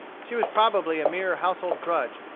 she was probably a mere household drudge,